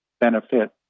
benefit